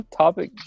topic